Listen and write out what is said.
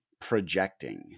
projecting